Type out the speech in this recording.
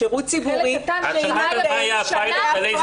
לשירות ציבורי --- מה זה מאיים עליך?